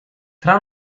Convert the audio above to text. tra